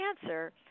cancer